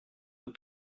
nous